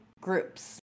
groups